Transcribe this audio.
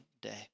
day